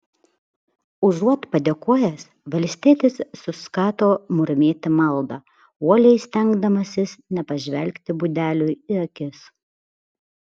užuot padėkojęs valstietis suskato murmėti maldą uoliai stengdamasis nepažvelgti budeliui į akis